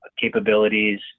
capabilities